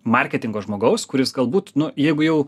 marketingo žmogaus kuris galbūt nu jeigu jau